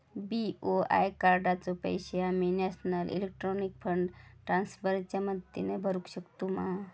BOI कार्डाचे पैसे आम्ही नेशनल इलेक्ट्रॉनिक फंड ट्रान्स्फर च्या मदतीने भरुक शकतू मा?